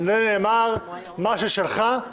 על זה נאמר: מה ששלך שלך.